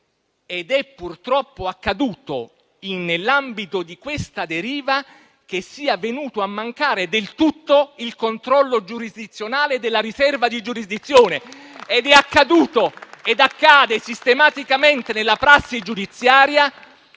ed è purtroppo accaduto, nell'ambito di questa deriva, che sia venuto a mancare del tutto il controllo giurisdizionale della riserva di giurisdizione. È inoltre accaduto, e accade sistematicamente nella prassi giudiziaria,